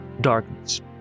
darkness